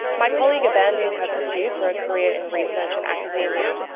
my colleague abandoned her pursue for a career in research and academia,